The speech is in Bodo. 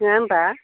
नङा होमबा